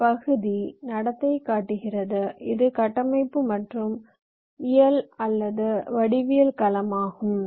இந்த பகுதி நடத்தை காட்டுகிறது இது கட்டமைப்பு மற்றும் உடல் அல்லது வடிவியல் களமாகும்